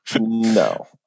No